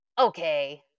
Okay